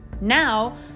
Now